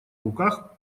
руках